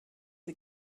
sie